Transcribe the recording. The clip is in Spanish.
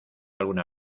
alguna